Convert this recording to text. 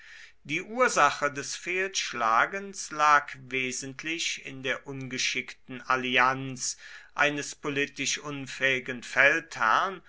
die ursache des fehlschlagens lag wesentlich in der ungeschickten allianz eines politisch unfähigen feldherrn